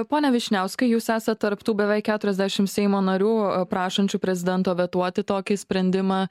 pone vyšniauskai jūs esate tarp tų beveik keturiasdešimt seimo narių prašančių prezidento vetuoti tokį sprendimą